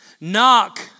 Knock